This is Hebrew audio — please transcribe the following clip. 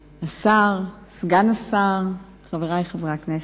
השר, סגן השר, חברי חברי הכנסת,